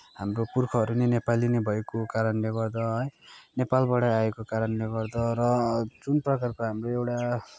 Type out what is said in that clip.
हाम्रा पुर्खाहरू नै नेपाली नै भएको कारणले गर्दा है नेपालबाट आएको कारणले गर्दा र जुन प्रकारको हाम्रो एउटा